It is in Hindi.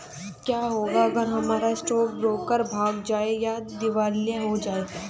क्या होगा अगर हमारा स्टॉक ब्रोकर भाग जाए या दिवालिया हो जाये?